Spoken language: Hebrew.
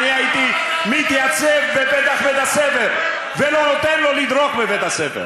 אני הייתי מתייצב בפתח בית-הספר ולא נותן לו לדרוך בבית-הספר.